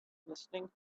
listening